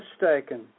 mistaken